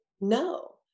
No